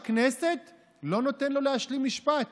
ההצעה לכלול את הנושא בסדר-היום של הכנסת לא נתקבלה 36 חברי כנסת בעד,